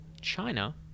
China